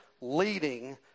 leading